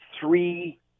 three